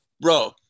Bro